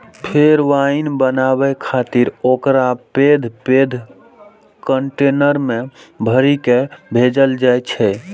फेर वाइन बनाबै खातिर ओकरा पैघ पैघ कंटेनर मे भरि कें भेजल जाइ छै